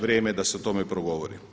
Vrijeme je da se o tome progovori.